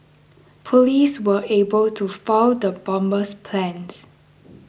police were able to foil the bomber's plans